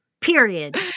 Period